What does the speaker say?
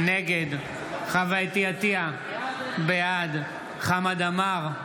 נגד חוה אתי עטייה, בעד חמד עמאר,